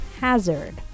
hazard